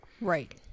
Right